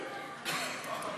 תודה,